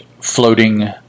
floating